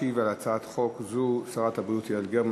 תשיב על הצעת חוק זו שרת הבריאות יעל גרמן.